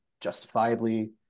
justifiably